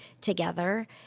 together